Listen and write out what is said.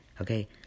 Okay